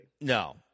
no